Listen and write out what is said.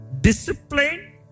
Discipline